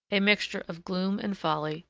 a mixture of gloom and folly,